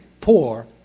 poor